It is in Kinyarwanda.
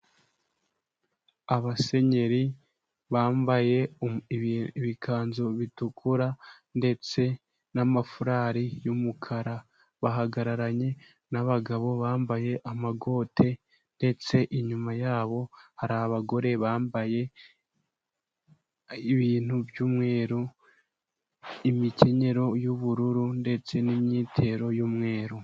Abasenyeri bambaye ibikanzu bitukura ndetse n'amafurari y'umukara bahagararanye n'abagabo bambaye amakote, ndetse inyuma yabo hari abagore bambaye ibintu by'umweru imikenyero y'ubururu ndetse n'imyitero y'umweru.